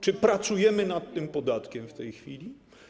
Czy pracujemy nad tym podatkiem w tej chwili?